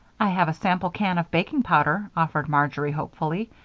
i have a sample can of baking powder, offered marjory, hopefully.